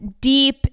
deep